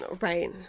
Right